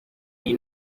iyi